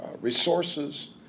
resources